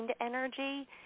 energy